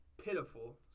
pitiful